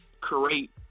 create